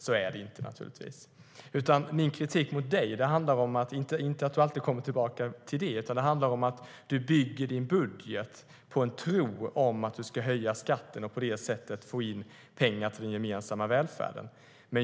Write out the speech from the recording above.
Så är det inte, naturligtvis. Min kritik mot dig handlar om att du bygger din budget på en tro att du ska höja skatten och på det sättet få in pengar till den gemensamma välfärden.